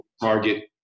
target